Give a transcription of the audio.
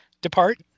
depart